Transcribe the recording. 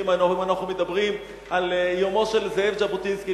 אם אנחנו מדברים על יומו של זאב ז'בוטינסקי,